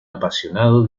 apasionado